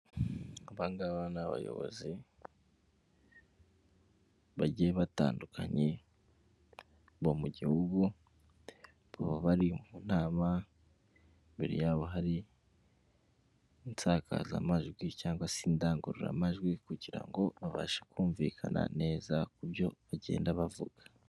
Abangaba n'abayobozi bagiye batandukanye bo mu gihugu. Baba bari mu nama, mbere yabo hari insakazamajwi cyangwa se indangururamajwi kugira ngo babashe kumvikana neza ku byo bagenda bavuga.